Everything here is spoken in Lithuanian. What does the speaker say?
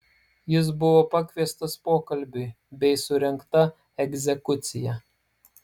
jis buvo pakviestas pokalbiui bei surengta egzekucija